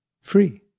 free